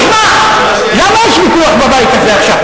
תשמע, למה יש ויכוח בבית הזה עכשיו?